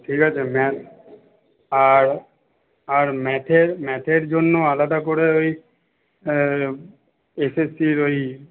ঠিক আছে ম্যাথ আর আর ম্যাথের ম্যাথের জন্য আলাদা করে ওই এসএসসির ওই